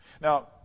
Now